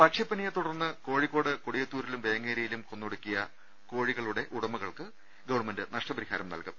പക്ഷിപ്പനിയെത്തുടർന്ന് കോഴിക്കോട് കൊടിയത്തൂ രിലും വേങ്ങേരിയിലും കൊന്നൊടുക്കിയ കോഴികളുടെ ഉടമകൾക്ക് ഗവൺമെന്റ് നഷ്ടപരിഹാരം നൽകും